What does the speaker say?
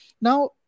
Now